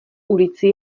ulici